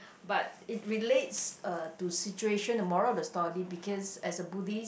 but it relates uh to situation the moral of the story because as a Buddhist